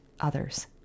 others